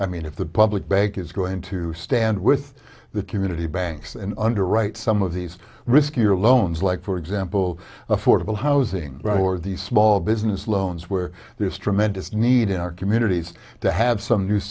mean if the public bank is going to stand with the community banks and underwrite some of these riskier loans like for example affordable housing right or the small business loans where there's tremendous need in our communities to have some new